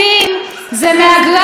זה מהגרי עבודה,